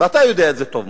ואתה יודע את זה טוב מאוד.